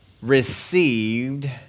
received